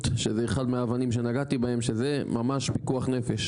שזה אחד מהאבנים שנגעתי בהם שזה ממש פיקוח נפש,